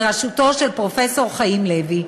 בראשותו של פרופסור חיים לוי,